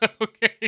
Okay